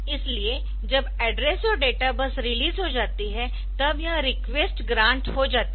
इसलिए जब एड्रेस और डेटा बस रिलीज हो जाती है तब यह रिक्वेस्ट ग्रांट हो जाती है